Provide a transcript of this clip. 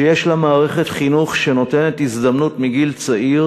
שיש לה מערכת חינוך שנותנת הזדמנות מגיל צעיר